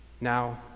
now